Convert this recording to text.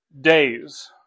days